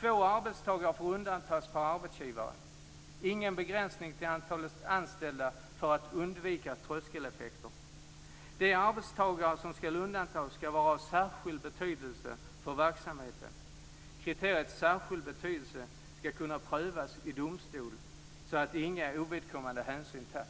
följande: · Kriteriet "särskild betydelse" ska kunna prövas i domstol så att inga ovidkommande hänsyn tas.